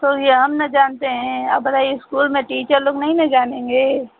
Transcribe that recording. तो ये हम ना जानते हैं आप बताइए स्कूल में टीचर लोग नहीं ना जानेंगे